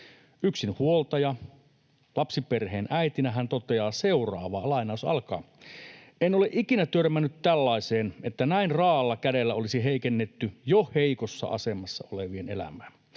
Yksinhuoltajalapsiperheen äitinä hän toteaa seuraavaa: ”En ole ikinä törmännyt tällaiseen, että näin raa’alla kädellä olisi heikennetty jo heikossa asemassa olevien elämää.